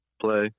play